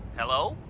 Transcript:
hello?